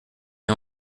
est